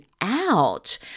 out